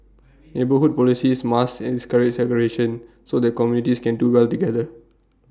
neighbourhood policies must segregation so that communities can do well together